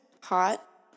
hot